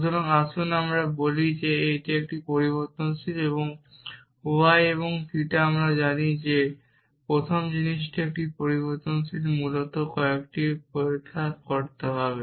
সুতরাং আসুন আমরা বলি যে এটি একটি পরিবর্তনশীল এবং y এবং থিটা আমরা জানি যে প্রথম জিনিসটি একটি পরিবর্তনশীল মূলত আমাদের কয়েকটি পরীক্ষা করতে হবে